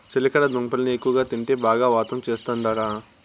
చిలకడ దుంపల్ని ఎక్కువగా తింటే బాగా వాతం చేస్తందట